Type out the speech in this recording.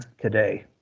today